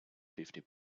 fifty